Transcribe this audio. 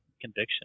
conviction